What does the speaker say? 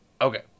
Okay